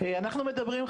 אנחנו מדברים,